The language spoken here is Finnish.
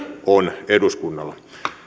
on eduskunnalla